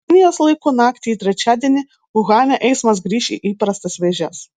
kinijos laiku naktį į trečiadienį uhane eismas grįš į įprastas vėžes